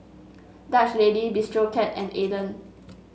Dutch Lady Bistro Cat and Aden